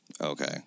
Okay